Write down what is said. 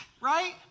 right